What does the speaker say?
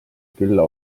külla